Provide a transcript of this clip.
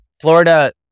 Florida